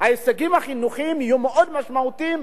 ההישגים החינוכיים יהיו מאוד משמעותיים.